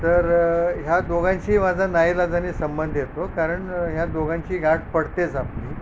तर या दोघांची माझा नाईलाजाने संबंध येतो कारण या दोघांची गाठ पडतेच आपली